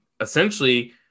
essentially